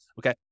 Okay